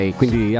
quindi